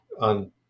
on